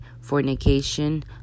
fornication